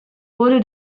wurde